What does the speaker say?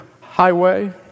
highway